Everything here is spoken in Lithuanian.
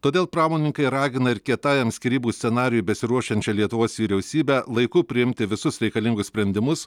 todėl pramonininkai ragina ir kietajam skyrybų scenarijui besiruošiančią lietuvos vyriausybę laiku priimti visus reikalingus sprendimus